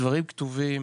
הדברים כתובים.